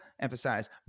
emphasize